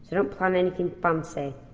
don't plan anything fancy.